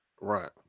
Right